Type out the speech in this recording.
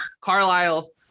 Carlisle